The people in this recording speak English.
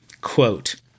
Quote